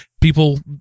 people